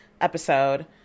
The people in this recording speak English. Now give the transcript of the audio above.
episode